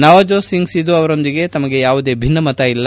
ನವ್ಜೋತ್ ಸಿಂಗ್ ಸಿಧು ಅವರೊಂದಿಗೆ ತಮಗೆ ಯಾವುದೇ ಭಿನ್ನಮತ ಇಲ್ಲ